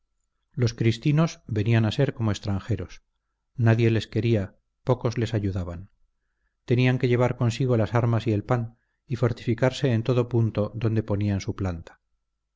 los cristinos venían a ser como extranjeros nadie les quería pocos les ayudaban tenían que llevar consigo las armas y el pan y fortificarse en todo punto donde ponían su planta